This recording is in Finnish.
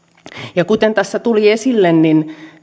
kuten tässä tuli esille niin